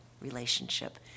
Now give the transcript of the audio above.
relationship